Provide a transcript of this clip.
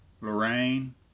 Lorraine